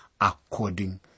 according